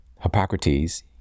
Hippocrates